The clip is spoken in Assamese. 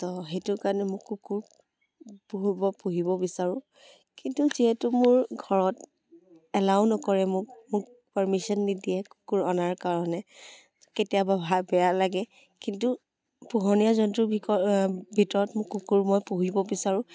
ত' সেইটো কাৰণে মোৰ কুকুৰ পুহিব পুহিব বিচাৰোঁ কিন্তু যিহেটো মোৰ ঘৰত এলাউ নকৰে মোক মোক পাৰ্মিশ্যন নিদিয়ে কুকুৰ অনাৰ কাৰণে কেতিয়াবা বেয়া লাগে কিন্তু পুহনীয়া জন্তুৰ ভিকৰ ভিতৰত মোক কুকুৰ মই পুহিব বিচাৰোঁ